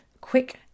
quick